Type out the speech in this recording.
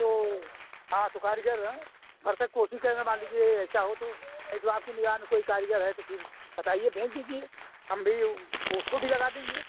तो हाँ तो कारीगर हैं भरसक कोशिश रहेगा मान लीजिए ऐसा हो तो नहीं तो आपकी निगाह में कोई कारीगर है तो फिर बताइए भेज दीजिए हम भी उसको भी लगा देंगे